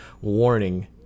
warning